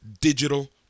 Digital